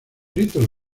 ritos